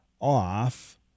off